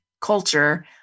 culture